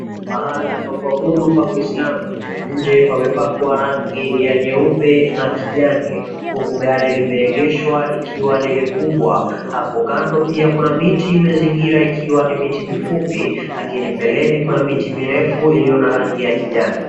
Pahala pa kuabudu pa kiislamu. Nje pamepakwa rangi ya nyeupe na kijani huku gari limeegeshwa likiwa lile kubwa. Hapo kando pia kuna miti imezingira ikiwa ni miti mifupi, lakini mbeleni kuna miti mirefu iliyo na rangi ya kijani.